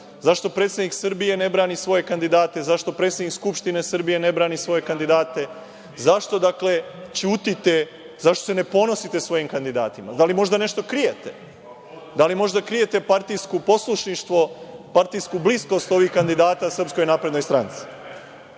zašto predsednik Srbije ne brani svoje kandidate, zašto predsednik Skupštine Srbije ne brani svoje kandidate? Zašto, dakle, ćutite, zašto se ne ponosite svojim kandidatima? Da li možda nešto krijete? Da li možda krijete partijsko poslusništvo, partijsku bliskost ovih kandidata SNS?Dakle, lakše